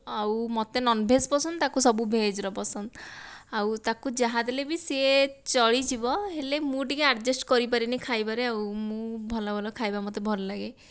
ଆଉ ମୋତେ non veg ପସନ୍ଦ ତାକୁ ସବୁ ଭେଜ୍ର ପସନ୍ଦ ଆଉ ତାକୁ ଯାହା ଦେଲେ ବି ସେ ଚଳିଯିବ ହେଲେ ମୁଁ ଟିକେ ଆଡ଼ଜଷ୍ଟ କରିପାରେନି ଖାଇବାରେ ଆଉ ମୁଁ ଭଲ ଭଲ ଖାଇବା ମୋତେ ଭଲ ଲାଗେ